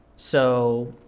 so